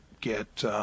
get